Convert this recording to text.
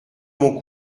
mon